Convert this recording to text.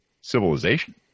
civilization